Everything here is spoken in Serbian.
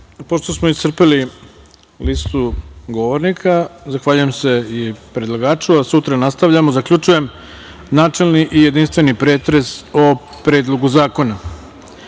smo iscrpeli listu govornika, zahvaljujem se i predlagaču. Sutra nastavljamo. Zaključujem načelni i jedinstveni pretres o Predlogu zakona. Sutra